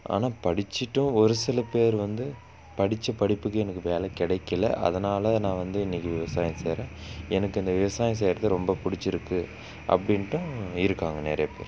ஆனால் படிச்சுட்டும் ஒருசில பேர் வந்து படித்த படிப்புக்கு எனக்கு வேலை கிடைக்கல அதனால் நான் வந்து இன்னைக்கு விவசாயம் செய்கிறேன் எனக்கு அந்த விவசாயம் செய்கிறது ரொம்ப பிடிச்சிருக்கு அப்படின்ட்டும் இருக்காங்க நிறைய பேர்